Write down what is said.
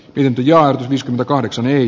pyynti ja lewis rkahdeksan ei